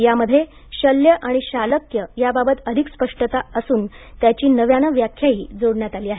यामध्ये शल्य आणि शालक्य याबाबत अधिक स्पष्टता असून त्याची नव्यानं व्याख्याही जोडण्यात आली आहे